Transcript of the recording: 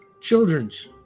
Children's